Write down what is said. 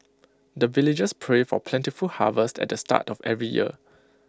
the villagers pray for plentiful harvest at the start of every year